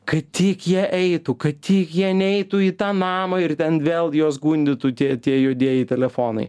kad tik jie eitų kad jie neitų į tą namą ir ten vėl juos gundytų tie tie juodieji telefonai